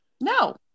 No